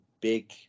big